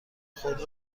خود